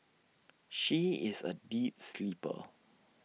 she is A deep sleeper